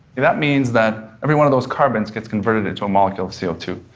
that means that every one of those carbons gets converted into a molecule of c o two.